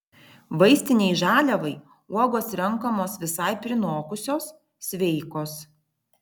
vaistinei žaliavai uogos renkamos visai prinokusios sveikos